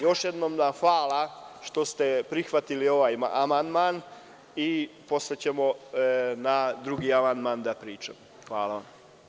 Još jednom vam hvala što ste prihvatili ovaj amandman i posle ćemo na drugi amandman da pričamo.